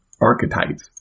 archetypes